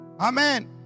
Amen